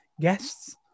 guests